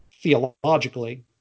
theologically